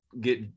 get